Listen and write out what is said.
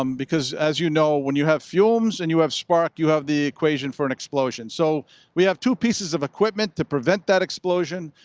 um because as you know, when you have fumes and you have spark, you have the equation for an explosion. so we have two pieces of equipment to prevent that explosion.